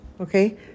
Okay